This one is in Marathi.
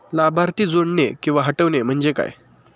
लाभार्थी जोडणे किंवा हटवणे, म्हणजे काय?